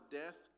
death